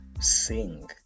sing